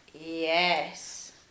Yes